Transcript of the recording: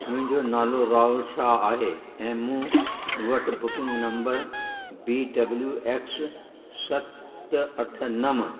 मुंहिंजो नालो राहुल शाह आहे ऐं मूं वटि booking number B W X सत अठ नवं